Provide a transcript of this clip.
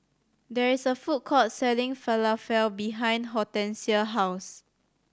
there is a food court selling Falafel behind Hortencia's house